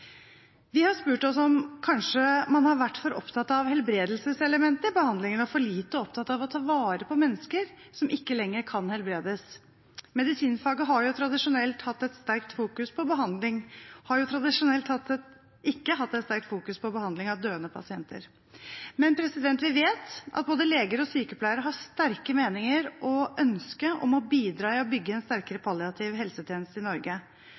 Vi har spurt oss om man kanskje har vært for opptatt av helbredelseselementet i behandlingen og for lite opptatt av å ta vare på mennesker som ikke lenger kan helbredes. Medisinfaget har tradisjonelt ikke hatt et sterkt fokus på behandling av døende pasienter, men vi vet at både leger og sykepleiere har sterke meninger og ønske om å bidra til å bygge en sterkere palliativ helsetjeneste i Norge.